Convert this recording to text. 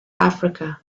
africa